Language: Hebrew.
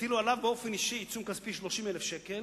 יטילו עליו באופן אישי עיצום כספי של 30,000 שקלים,